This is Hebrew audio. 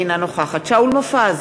אינה נוכחת שאול מופז,